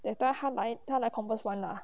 that time 她来她来 compass one lah